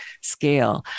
scale